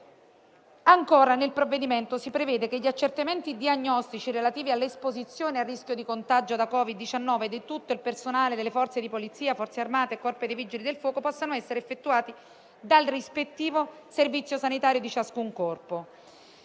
Ancora, nel provvedimento si prevede che gli accertamenti diagnostici relativi all'esposizione al rischio di contagio da Covid-19 di tutto il personale delle Forze di polizia, Forze armate e Corpo dei vigili del fuoco possano essere effettuati dal servizio sanitario di ciascun corpo.